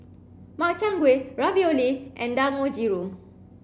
Makchang Gui Ravioli and Dangojiru